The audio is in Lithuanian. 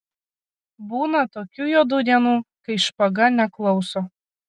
būna tokių juodų dienų kai špaga neklauso